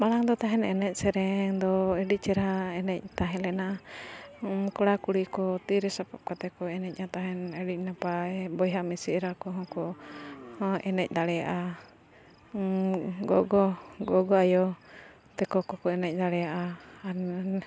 ᱢᱟᱲᱟᱝ ᱫᱚ ᱛᱟᱦᱮᱱ ᱮᱱᱮᱡ ᱥᱮᱨᱮᱧ ᱫᱚ ᱟᱹᱰᱤ ᱪᱮᱦᱨᱟ ᱮᱱᱮᱡ ᱛᱟᱦᱮᱸ ᱞᱮᱱᱟ ᱠᱚᱲᱟ ᱠᱩᱲᱤ ᱠᱚ ᱛᱤᱨᱮ ᱥᱟᱯᱟᱵ ᱠᱟᱛᱮ ᱠᱚ ᱮᱱᱮᱡᱟ ᱛᱟᱦᱮᱱ ᱟᱹᱰᱤ ᱱᱟᱯᱟᱭ ᱵᱚᱭᱦᱟ ᱢᱤᱥᱤ ᱮᱨᱟ ᱠᱚᱦᱚᱸ ᱠᱚ ᱮᱱᱮᱡ ᱫᱟᱲᱮᱭᱟᱜᱼᱟ ᱜᱚᱜᱚ ᱜᱚᱜᱚ ᱟᱭᱳ ᱛᱮᱠᱚ ᱠᱚ ᱠᱚ ᱮᱱᱮᱡ ᱫᱟᱲᱮᱭᱟᱜᱼᱟ ᱟᱨ